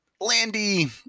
Landy